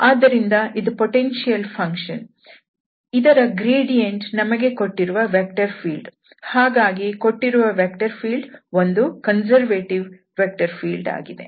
ಆದ್ದರಿಂದ ಇದು potential function ಇದರ ಗ್ರೇಡಿಯಂಟ್ ನಮಗೆ ಕೊಟ್ಟಿರುವ ವೆಕ್ಟರ್ ಫೀಲ್ಡ್ ಹಾಗಾಗಿ ಕೊಟ್ಟಿರುವ ವೆಕ್ಟರ್ ಫೀಲ್ಡ್ ಒಂದು ಕನ್ಸರ್ವೇಟಿವ್ ವೆಕ್ಟರ್ ಫೀಲ್ಡ್ ಆಗಿದೆ